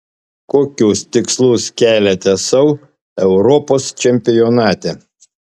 kokius tikslus keliate sau europos čempionate